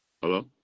Hello